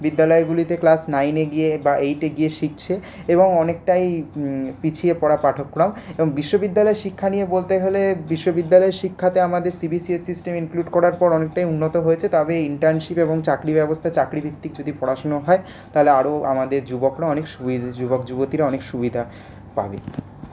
বিদ্যালয়গুলিতে ক্লাস নাইনে গিয়ে বা এইটে গিয়ে শিখছে এবং অনেকটাই পিছিয়ে পড়া পাঠক্রম এবং বিশ্ববিদ্যালয়ের শিক্ষা নিয়ে বলতে হলে বিশ্ববিদ্যালয়ের শিক্ষাতে আমাদের সিবিসিএস সিস্টেম ইনক্লুড করার পর অনেকটাই উন্নত হয়েছে তবে ইন্টার্নশিপ এবং চাকরির ব্যবস্থা চাকরিভিত্তিক যদি পড়াশুনো হয় তাহলে আরও আমাদের যুবকরা অনেক সুবিধা যুবক যুবতীরা অনেক সুবিধা পাবে